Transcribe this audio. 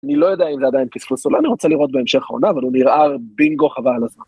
‫אני לא יודע אם זה עדיין פספוס, ‫אולי אני רוצה לראות בהמשך העונה, ‫אבל הוא נראה בינגו חבל הזמן.